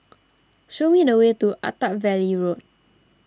show me the way to Attap Valley Road